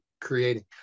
creating